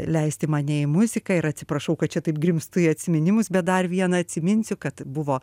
leisti mane į muziką ir atsiprašau kad čia taip grimztu į atsiminimus bet dar vieną atsiminsiu kad buvo